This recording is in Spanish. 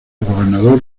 gobernador